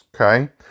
Okay